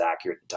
accurate